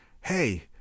hey